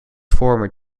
former